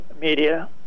media